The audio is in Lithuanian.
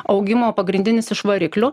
augimo pagrindinis iš variklių